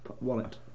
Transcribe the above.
wallet